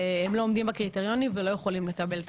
הם לא עומדים בקריטריונים ולא יכולים לקבל את